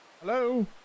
Hello